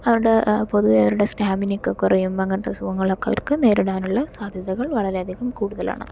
അവരുടെ പൊതുവെ അവരുടെ സ്റ്റാമിന ഒക്കെ കുറയുമ്പം അങ്ങനത്തെ അസുഖങ്ങൾ ഒക്കെ അവർക്ക് നേരിടാനുള്ള സാധ്യതകൾ വളരെയധികം കൂടുതലാണ്